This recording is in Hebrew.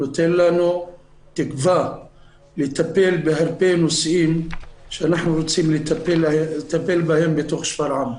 נותן לנו תקווה לטפל בהרבה נושאים שאנחנו רוצים לטפל בהם בשפרעם.